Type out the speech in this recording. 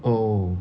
oh